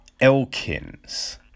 Elkins